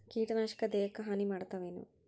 ಕೀಟನಾಶಕ ದೇಹಕ್ಕ ಹಾನಿ ಮಾಡತವೇನು?